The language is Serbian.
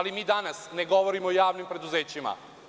Mi danas ne govorimo o javnim preduzećima.